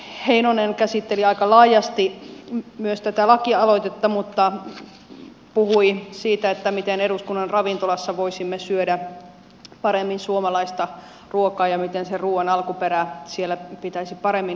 edustaja heinonen käsitteli aika laajasti tätä lakialoitetta mutta puhui myös siitä miten eduskunnan ravintolassa voisimme syödä paremmin suomalaista ruokaa ja miten sen ruuan alkuperän siellä pitäisi paremmin näkyä